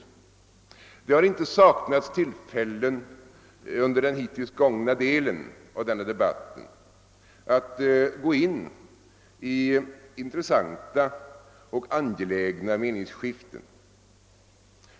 Det har inte heller saknats tillfällen under den hittills hållna debatten att gå in i intressanta och angelägna meningsskiften.